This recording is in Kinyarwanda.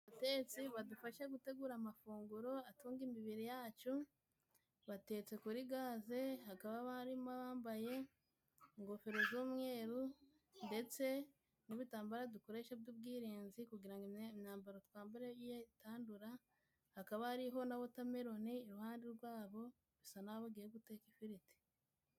Abatetsi badufashe gutegura amafunguro atunga imibiri yacu, batetse kuri gaze, hakaba harimo abambaye ingofero z'umweru ndetse n'ibitambara dukoreshe by'ubwirinzi kugira ngo imyambaro twambaye itandura, hakaba hariho na wotamelone iruhande rwabo, basa nk'aho bagiye guteka ifiriti.